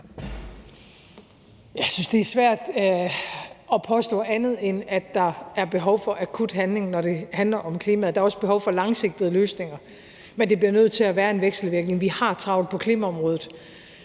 Jeg synes, det er svært at påstå andet, end at der er behov for akut handling, når det handler om klimaet. Der også behov for langsigtede løsninger, men det bliver nødt til at være i en vekselvirkning. Vi har travlt på klimaområdet,